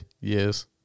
Yes